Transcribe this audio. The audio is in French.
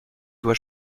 dois